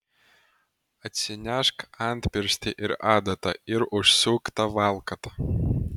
atsinešk antpirštį ir adatą ir užsiūk tą valkatą